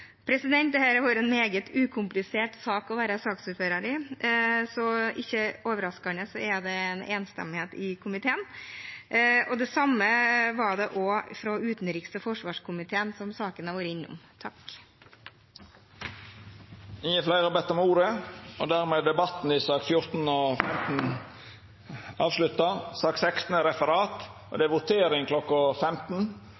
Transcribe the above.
meget ukompliserte saker å være ordfører for, så ikke overraskende er det en enstemmighet i komiteen. Det samme var det også i utenriks- og forsvarskomiteen, som sakene har vært innom. Fleire har ikkje bedt om ordet til sakene nr. 14 og 15. Stortinget skal nå votere over sakene nr. 6–11 fra tirsdagens kart og